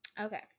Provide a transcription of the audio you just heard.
Okay